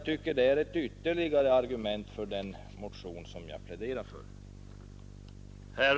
Detta är ytterligare ett argument för den motion jag pläderar för.